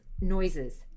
noises